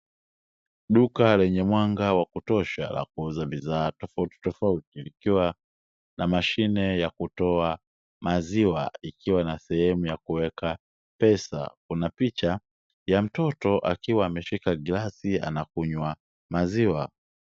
Duka lenye mwanga wa kutosha la kuuza bidhaa tofautitofauti, likiwa na mashine ya kutoa maziwa ikiwa na sehemu ya kuweka pesa, kuna picha ya mtoto akiwa ameshika glasi anakunywa maziwa.